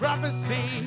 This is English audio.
Prophecy